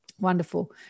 wonderful